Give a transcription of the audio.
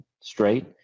straight